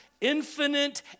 infinite